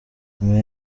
umwe